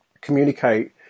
communicate